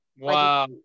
Wow